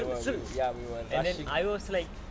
ya we were rushing